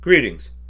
Greetings